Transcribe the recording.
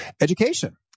education